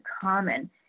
common